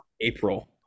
April